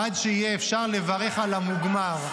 עד שיהיה אפשר לברך על המוגמר.